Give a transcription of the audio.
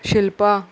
Shilpa